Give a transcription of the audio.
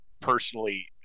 personally